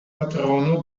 patrono